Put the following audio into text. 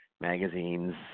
magazines